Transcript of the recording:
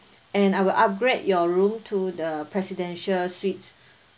and I will upgrade your room to the presidential suite